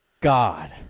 God